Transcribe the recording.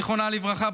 זיכרונה לברכה,